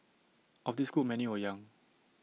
of this group many were young